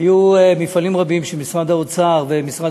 היו מפעלים רבים שמשרד האוצר ומשרד